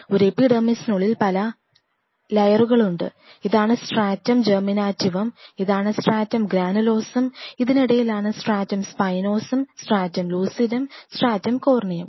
ഒരു എപിഡെർമിസിനുള്ളിൽ പല ലയേറുകളുണ്ട് ഇതാണ് സ്ട്രാറ്റം ജെർമിനാറ്റിവം ഇതാണ് സ്ട്രാറ്റം ഗ്രാനുലോസം ഇതിനിടയിൽ ആണ് stratum spinosum stratum lucidum stratum കോർണിയം